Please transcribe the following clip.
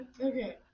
Okay